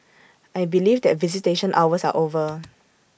I believe that visitation hours are over